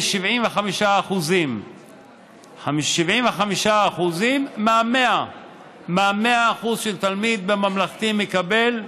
75% 75% מה-100% שתלמיד בממלכתי מקבל,